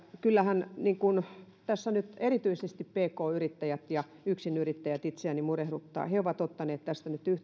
kyllähän tässä nyt erityisesti pk yrittäjät ja yksinyrittäjät itseäni murehduttavat he ovat ottaneet tästä nyt